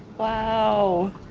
wow.